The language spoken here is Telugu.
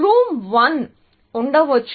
రూమ్ 1 ఉండవచ్చు